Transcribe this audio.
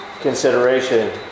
consideration